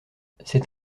c’est